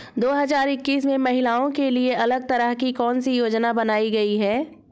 दो हजार इक्कीस में महिलाओं के लिए अलग तरह की कौन सी योजना बनाई गई है?